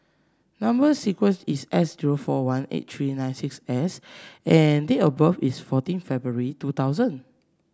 number sequence is S zero four one eight three nine six S and date of birth is fourteen February two thousand